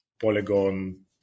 Polygon